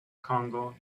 congo